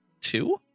Two